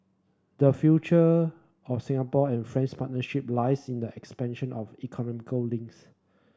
the future of Singapore and France partnership lies in the expansion of go links